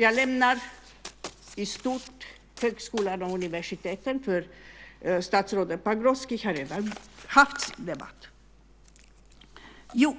Jag lämnar i stort högskolan och universiteten, för statsrådet Pagrotsky har redan haft sin debatt. Jo,